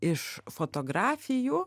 iš fotografijų